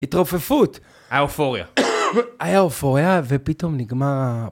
התרופפות. היה אופוריה. היה אופוריה ופתאום נגמר...